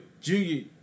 junior